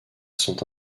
sont